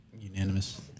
unanimous